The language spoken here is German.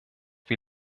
wie